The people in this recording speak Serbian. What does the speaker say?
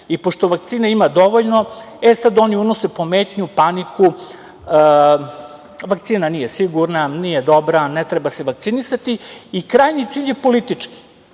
i pošto vakcina ima dovoljno, e, sad oni unose pometnju, paniku - vakcina nije sigurna, nije dobra, ne treba se vakcinisati i krajnji cilj je politički.